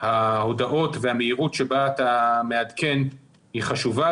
כי ההודעות והמהירות שבה אתה מעדכן הן חשובות,